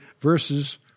verses